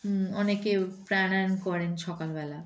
অনেকে প্রাণায়াম করেন সকালবেলা